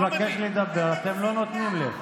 אני מבקש לדבר, אתם לא נותנים לי.